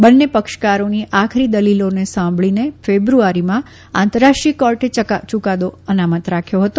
બંને પક્ષકારોની આખરી દલીલોને સાંભળી ફેબ્રુઆરીમાં આંતરરાષ્ટ્રીય કોર્ટે યુકાદો નામત રાખ્યો હતો